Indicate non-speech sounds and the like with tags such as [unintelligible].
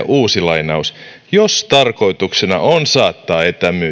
[unintelligible] uusi lainaus jos tarkoituksena on saattaa